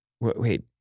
Wait